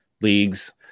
leagues